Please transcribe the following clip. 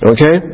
Okay